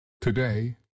today